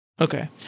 Okay